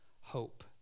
hope